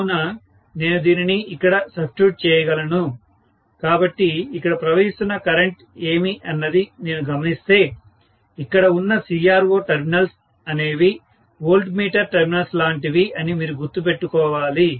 కావున నేను దీనిని ఇక్కడ సబ్స్టిట్యూట్ చేయగలను కాబట్టి ఇక్కడ ప్రవహిస్తున్న కరెంటు ఏమి అన్నది నేను గమనిస్తే ఇక్కడ ఉన్న CRO టెర్మినల్స్ అనేవి వోల్ట్ మీటర్ టెర్మినల్స్ లాంటివి అని మీరు గుర్తుపెట్టుకోవాలి